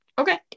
Okay